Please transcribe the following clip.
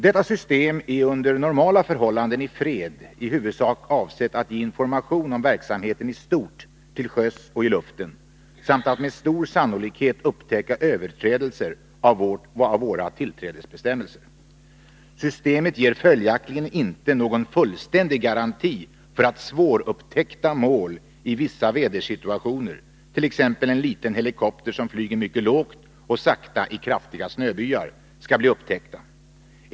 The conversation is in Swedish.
Detta system är under normala förhållanden i fred i huvudsak avsett att ge information om verksamheten i stort till sjöss och i luften samt att med stor sannolikhet upptäcka överträdelser av våra tillträdesbestämmelser. Systemet ger följaktligen inte någon fullständig garanti för att svårupptäckta mål i vissa vädersituationer —t.ex. en liten helikopter som flyger mycket lågt och sakta i kraftiga snöbyar — skall bli upptäckta.